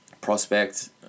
prospect